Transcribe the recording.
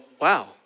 wow